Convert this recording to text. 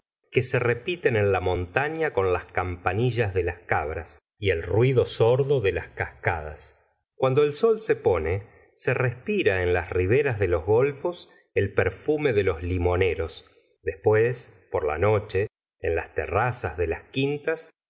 que se repiten en la montaña con las campanillas de las cabras y el ruido sordo de las cascadas cuando el sol se pone se respira en las riberas de los golfos el perfume de los limoneros después por la noehe en las terrazas de las quintas